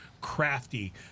crafty